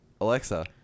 Alexa